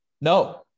No